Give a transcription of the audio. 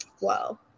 Wow